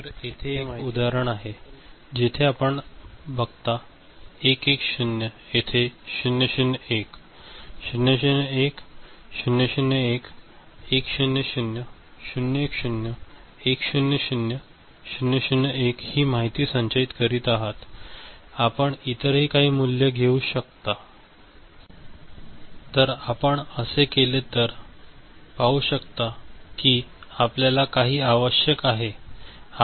तर येथे एक उदाहरण आहे जेथे आपण 1 1 0 येथे 0 0 1 प0 0 1 0 0 1 1 0 0 0 1 0 1 0 0 0 0 1 ही माहिती संचयित करीत आहात आपण इतरही काही मूल्य घेऊ शकता तर जर आपण असे केले तर आपण जे पाहू शकता कि आपल्याला काय आवश्यक आहे